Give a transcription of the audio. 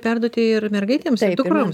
perduoti ir mergaitėms ir dukroms